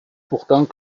pourtant